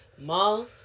mom